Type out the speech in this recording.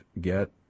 get